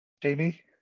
Jamie